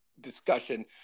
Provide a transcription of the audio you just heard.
discussion